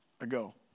ago